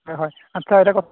হয় হয় আচ্ছা এটা কথা